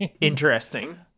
Interesting